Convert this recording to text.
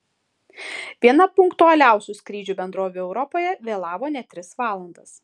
viena punktualiausių skrydžių bendrovių europoje vėlavo net tris valandas